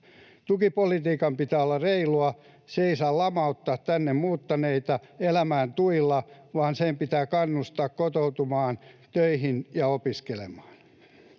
Tukipolitiikan pitää olla reilua. Se ei saa lamauttaa tänne muuttaneita elämään tuilla, vaan sen pitää kannustaa kotoutumaan töihin ja opiskelemaan.